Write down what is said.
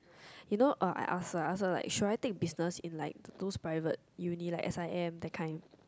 you know uh I ask her I ask her like should I take business in like those private uni like S_I_M that kind